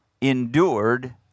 endured